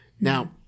Now